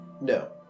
No